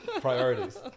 Priorities